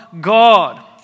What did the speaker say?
God